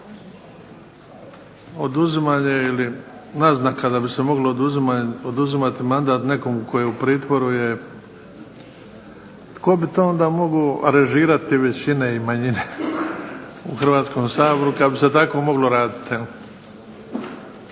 oduzimanje ili naznaka da bi oduzimalo mandat nekome tko je u pritvoru je, tko bi to onda mogao režirati većine i manjine u Hrvatskom saboru kada bi se tako moglo raditi?